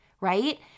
right